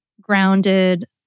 grounded